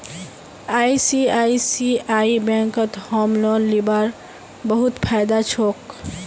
ICICI बैंकत home loan लीबार बहुत फायदा छोक